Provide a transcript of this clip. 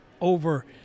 over